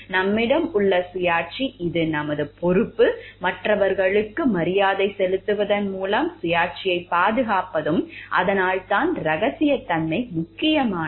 நம்மிடம் உள்ள சுயாட்சி இது நமது பொறுப்பு மற்றவர்களுக்கு மரியாதை செலுத்துவதன் மூலம் சுயாட்சியைப் பாதுகாப்பதும் அதனால்தான் ரகசியத்தன்மை முக்கியமானது